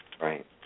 Right